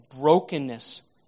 brokenness